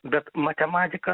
bet matematika